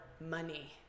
money